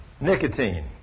Nicotine